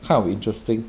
kind of interesting